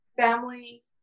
family